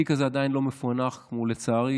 התיק הזה עדיין לא מפוענח, כמו, לצערי,